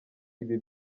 ibi